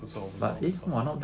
不错不错不错